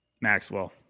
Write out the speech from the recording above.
Maxwell